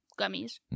gummies